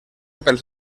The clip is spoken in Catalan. pels